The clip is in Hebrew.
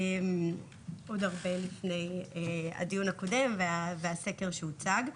עוד הרבה לפני הדיון הקודם והסקר שהוצג.